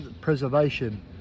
preservation